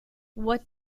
what